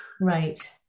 Right